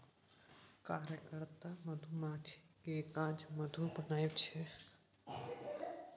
कार्यकर्ता मधुमाछी केर काज मधु बनाएब छै